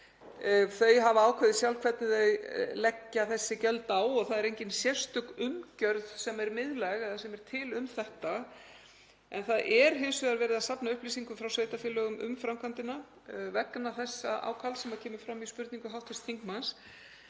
Þau hafa ákveðið sjálf hvernig þau leggja þessi gjöld á og það er engin sérstök umgjörð sem er miðlæg eða sem er til um þetta. Það er hins vegar verið að safna upplýsingum frá sveitarfélögum um framkvæmdina vegna þess ákalls sem kemur fram í spurningu hv. þingmanns,